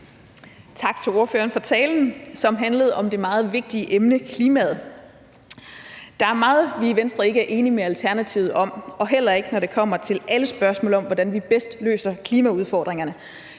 Tak til ordføreren for talen, som handlede om det meget vigtige emne klimaet. Der er meget, vi i Venstre ikke er enige med Alternativet i, heller ikke når det kommer til spørgsmål om, hvordan vi bedst løser klimaudfordringerne.